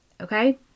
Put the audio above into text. okay